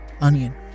Onion